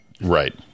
Right